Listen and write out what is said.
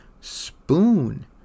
Spoon